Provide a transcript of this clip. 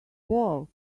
wall